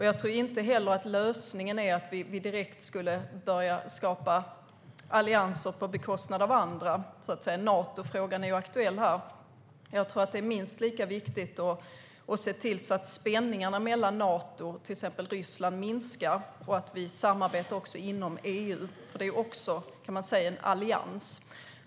Jag tror inte att lösningen är att vi direkt skulle börja skapa allianser på bekostnad av andra - Natofrågan är ju aktuell här - utan jag tror att det är minst lika viktigt att se till att spänningarna mellan till exempel Nato och Ryssland minskar och att vi samarbetar inom EU, som också, kan man säga, är en allians.